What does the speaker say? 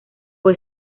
fue